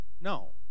No